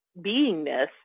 beingness